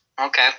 Okay